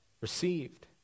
received